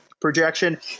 projection